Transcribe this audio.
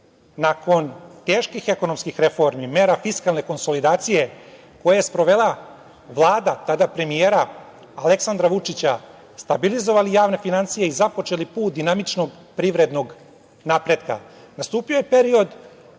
nakon teških ekonomskih reformi, mera fiskalne konsolidacije, koje je sprovela Vlada, tada premijera Aleksandra Vučića, stabilizovali javne finansije i započeli put dinamičnog privrednog napretka. Nastupio je period